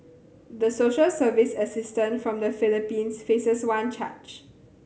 the social service assistant from the Philippines faces one charge